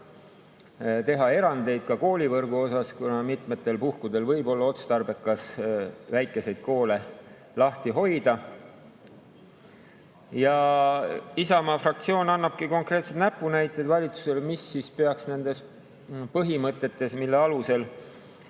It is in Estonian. teha erandeid ka koolivõrgu osas, kuna mitmetel puhkudel võib olla otstarbekas väikeseid koole lahti hoida. Ja Isamaa fraktsioon annabki konkreetsed näpunäited valitsusele, mida peaks arvestama nende põhimõtete puhul, mille alusel